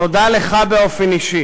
תודה לך באופן אישי